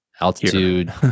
altitude